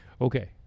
okay